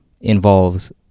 involves